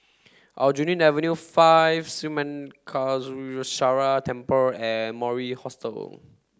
Aljunied Avenue five Sri Temple and Mori Hostel